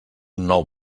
nou